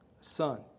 son